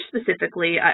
specifically